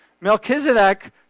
Melchizedek